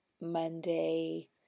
Monday